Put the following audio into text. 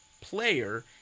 player